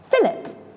Philip